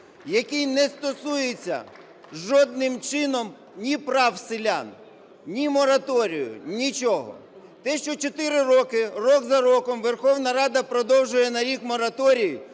який не стосується жодним чином ні прав селян, ні мораторію, нічого. Те, що чотири роки рік за роком Верховна Рада продовжує на рік мораторій